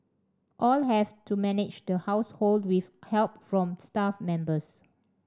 all have to manage the household with help from staff members